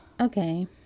Okay